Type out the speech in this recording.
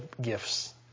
gifts